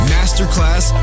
Masterclass